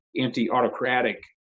anti-autocratic